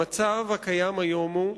המצב הקיים היום הוא,